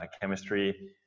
chemistry